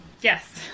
Yes